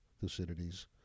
Thucydides